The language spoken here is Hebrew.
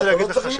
באתי להגיד לך.